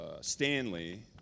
Stanley